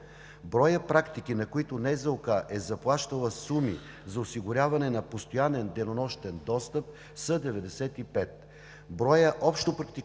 Броят практики, на които НЗОК е заплащала суми за осигуряване на постоянен денонощен достъп, са 95. Броят общопрактикуващи